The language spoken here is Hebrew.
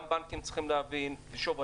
גם בנקים צריכים להבין שוב,